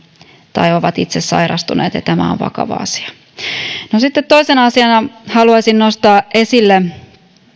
tai ovat itse sairastuneet ja tämä on vakava asia toisena asiana haluaisin nostaa esille